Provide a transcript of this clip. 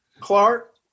Clark